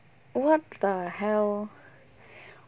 what the hell